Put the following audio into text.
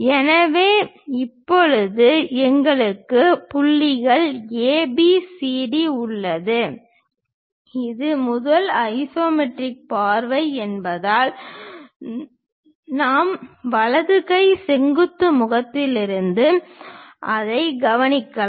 எனவே இப்போது எங்களுக்கு புள்ளிகள் ABCD உள்ளது இது முதல் ஐசோமெட்ரிக் பார்வை என்பதால் நாம் வலது கை செங்குத்து முகத்திலிருந்து அதைக் கவனிக்கலாம்